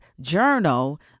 journal